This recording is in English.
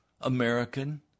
American